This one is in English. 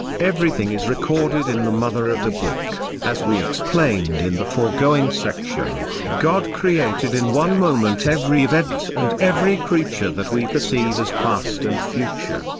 everything is recorded in the mother of the book as we explained in the foregoing section, god created in one moment every event and every creature that we perceive as past and future.